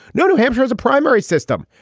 no, new hampshire has a primary system,